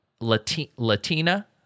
Latina